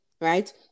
right